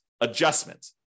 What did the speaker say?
adjustment